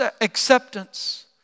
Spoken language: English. acceptance